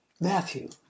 Matthew